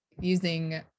using